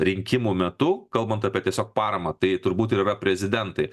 rinkimų metu kalbant apie tiesiog paramą tai turbūt ir yra prezidentai